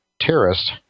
terrorist